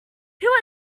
who